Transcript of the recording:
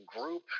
group